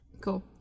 cool